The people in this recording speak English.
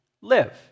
live